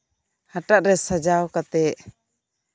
ᱦᱟᱴᱟᱜ ᱨᱮ ᱥᱟᱡᱟᱣ ᱠᱟᱛᱮ